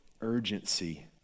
urgency